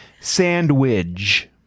sandwich